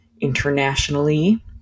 internationally